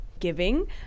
Giving